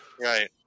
Right